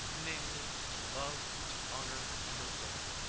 namely, to love, to honor, and obey.